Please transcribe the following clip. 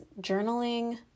journaling